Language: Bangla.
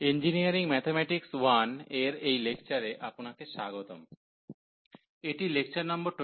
ইঞ্জিনিয়ারিং ম্যাথমেটিক্স 1 এর এই লেকচারে আপনাকে স্বাগতম এবং এটি লেকচার নম্বর 23